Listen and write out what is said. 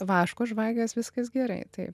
vaško žvakės viskas gerai taip